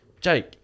Jake